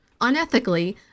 unethically